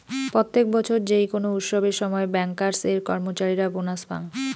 প্রত্যেক বছর যেই কোনো উৎসবের সময় ব্যাংকার্স এর কর্মচারীরা বোনাস পাঙ